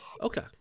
Okay